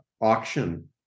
auction